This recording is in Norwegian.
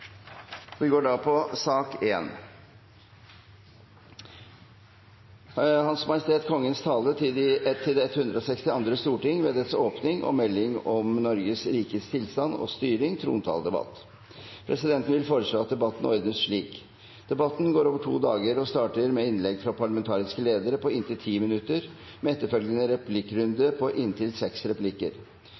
slik: Debatten går over to dager og starter med innlegg fra parlamentariske ledere på inntil 10 minutter, med etterfølgende replikkrunde på inntil seks replikker.